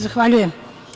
Zahvaljujem.